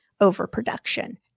overproduction